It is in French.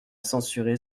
censuré